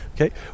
Okay